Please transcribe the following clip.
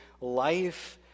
life